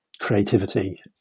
creativity